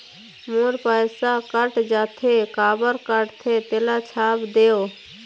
मोर पैसा कट जाथे काबर कटथे तेला छाप देव?